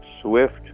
swift